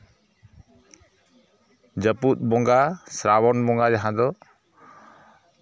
ᱡᱟᱹᱯᱩᱫ ᱵᱚᱸᱜᱟ ᱥᱨᱟᱵᱚᱱ ᱵᱚᱸᱜᱟ ᱡᱟᱦᱟᱸ ᱫᱚ